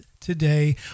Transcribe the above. today